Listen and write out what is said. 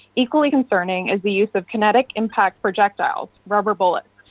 equally concerning is the use of kinetic impact projectiles, rubber bullets.